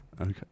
okay